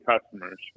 customers